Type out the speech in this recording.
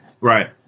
Right